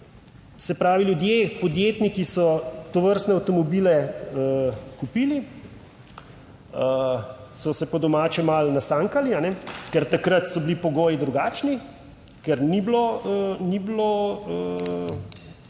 se pravi, ljudje, podjetniki so tovrstne avtomobile kupili, so se po domače malo nasankali, ker takrat so bili pogoji drugačni, ker ni bilo,